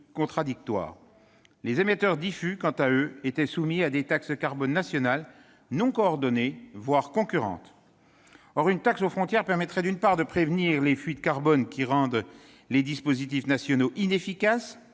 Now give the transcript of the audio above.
contradictoires. Les émetteurs diffus, quant à eux, étaient soumis à des taxes nationales sur le carbone, taxes non coordonnées, voire concurrentes. Or une taxe aux frontières permettrait, d'une part, de prévenir les fuites de carbone, qui rendent les dispositifs nationaux inefficaces,